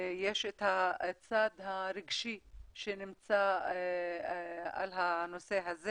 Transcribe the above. יש את הצד הרגשי שנמצא בנושא הזה